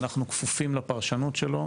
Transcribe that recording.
ואנחנו כפופים לפרשנות שלו,